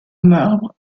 marbre